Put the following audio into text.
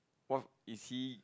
what is he